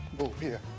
go here.